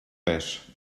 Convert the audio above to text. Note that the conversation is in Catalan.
pes